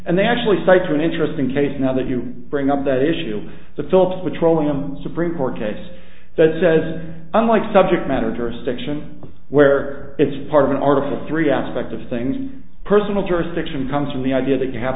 and they actually cite to an interesting case now that you bring up that issue the phillips petroleum supreme court case that says unlike subject matter jurisdiction where it's part of an article three aspect of things personal jurisdiction comes from the idea that you have